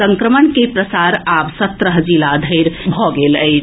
संक्रमण के प्रसार आब सत्रह जिला धरि भऽ गेल अछि